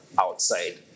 outside